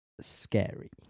scary